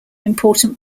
important